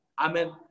Amen